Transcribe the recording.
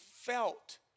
felt